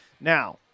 Now